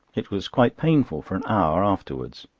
it was quite painful for an hour afterwards.